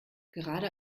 gerade